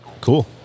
Cool